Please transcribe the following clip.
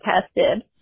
tested